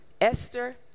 Esther